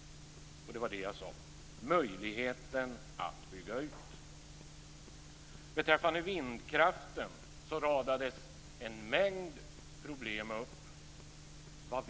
- det var det jag sade - att bygga ut. Beträffande vindkraften radades en mängd problem upp.